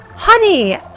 Honey